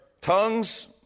tongues